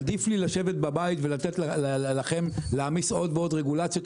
עדיף לי לשבת בבית ולתת לכם להעמיס עוד ועוד רגולציות,